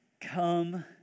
come